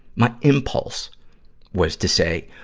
my impulse was to say,